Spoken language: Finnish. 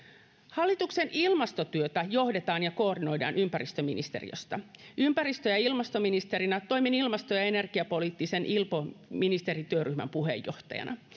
hallituksen ilmastotyötä johdetaan ja koordinoidaan ympäristöministeriöstä ympäristö ja ilmastoministerinä toimin ilmasto ja energiapoliittisen ilpo ministerityöryhmän puheenjohtajana